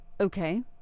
okay